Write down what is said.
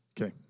Okay